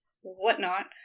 whatnot